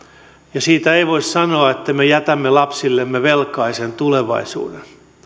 ja siitä ei voi sanoa että me jätämme lapsillemme velkaisen tulevaisuuden